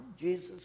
Jesus